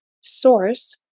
source